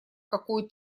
какой